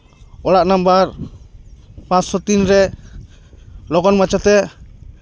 ᱚᱲᱟᱜ ᱱᱟᱢᱵᱟᱨ ᱯᱟᱸᱥᱥᱳ ᱛᱤᱱ ᱨᱮ ᱞᱚᱜᱚᱱ ᱢᱟᱪᱷᱟ ᱛᱮ